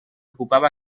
ocupava